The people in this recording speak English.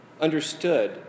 understood